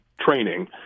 training